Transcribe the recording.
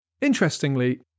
Interestingly